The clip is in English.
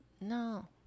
No